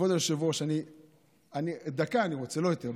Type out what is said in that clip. כבוד היושב-ראש, דקה אני רוצה, לא יותר.